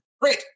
Great